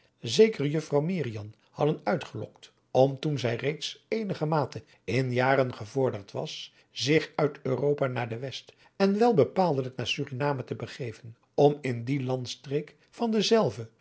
zekere juffrouw merian hadden uitgelokt om toen zij reeds eenigermate in adriaan loosjes pzn het leven van johannes wouter blommesteyn jaren gevorderd was zich uit europa naar de west en wel bepaaldelijk naar suriname te begeven om in die landstreek van dezelve